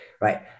right